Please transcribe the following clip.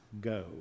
go